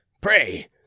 Pray